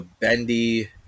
Bendy